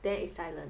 then silent